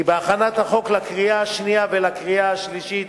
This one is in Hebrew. כי בהכנת החוק לקריאה השנייה ולקריאה השלישית